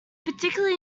particularly